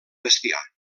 bestiar